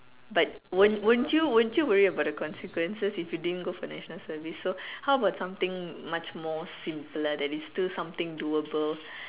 but won't won't you won't you worry about the consequences if you didn't go for national service so how about something much more simpler that it's still something doable